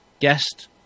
guest